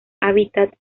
hábitat